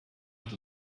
hat